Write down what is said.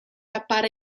appare